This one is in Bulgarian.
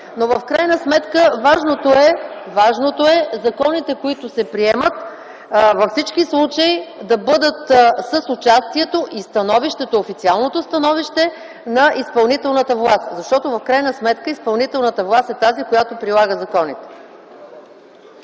но в крайна сметка важното е законите, които се приемат, във всички случаи да бъдат с участието и с официалното становище на изпълнителната власт. Защото изпълнителната власт в крайна сметка е тази, която прилага законите.